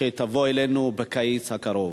שתבוא אלינו בקיץ הקרוב.